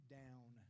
down